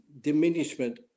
diminishment